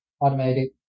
automatic